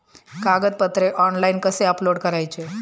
कागदपत्रे ऑनलाइन कसे अपलोड करायचे?